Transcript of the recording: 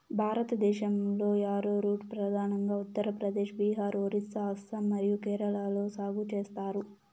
భారతదేశంలో, యారోరూట్ ప్రధానంగా ఉత్తర ప్రదేశ్, బీహార్, ఒరిస్సా, అస్సాం మరియు కేరళలో సాగు చేస్తారు